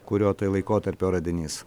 kurio tai laikotarpio radinys